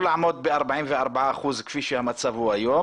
ב-44% כפי שהמצב היום,